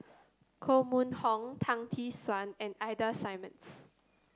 Koh Mun Hong Tan Tee Suan and Ida Simmons